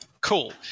Cool